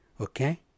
Okay